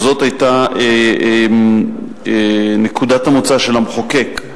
וזאת היתה נקודת המוצא של המחוקק,